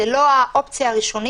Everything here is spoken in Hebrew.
זאת לא האופציה הראשונית,